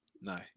No